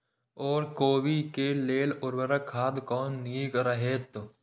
ओर कोबी के लेल उर्वरक खाद कोन नीक रहैत?